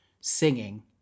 singing